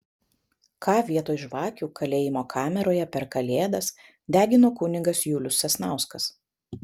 ką vietoj žvakių kalėjimo kameroje per kalėdas degino kunigas julius sasnauskas